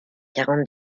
quarante